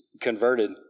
converted